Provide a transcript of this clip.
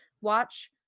Watch